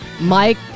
Mike